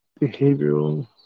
Behavioral